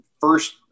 first